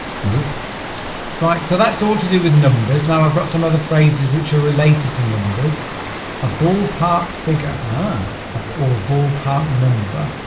good right so that's all to do with numbers now i've got some other phrases which are related to numbers a ballpark figure huh ah a ballpark number